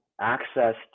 access